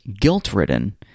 guilt-ridden